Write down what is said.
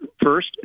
First